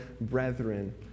brethren